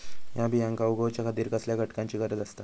हया बियांक उगौच्या खातिर कसल्या घटकांची गरज आसता?